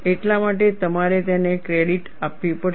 એટલા માટે તમારે તેને ક્રેડિટ આપવી પડશે